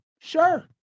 Sure